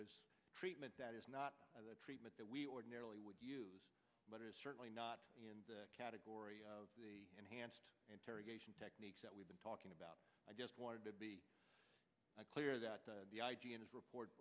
a treatment that is not the treatment that we ordinarily would use but it is certainly not in the category of the enhanced interrogation techniques that we've been talking about i just want to be clear that the report